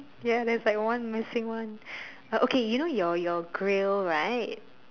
ya there's like one missing one uh okay you know your your grill right